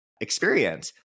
experience